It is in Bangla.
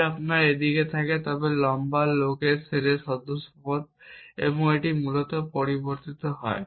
যদি আপনার এই দিকটি থাকে তবে এটি লম্বা লোকদের সেটের সদস্যপদ এবং এটি মূলত পরিবর্তিত হয়